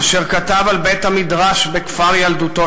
אשר כתב על בית-המדרש בכפר ילדותו